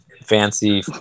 fancy